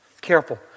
careful